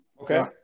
Okay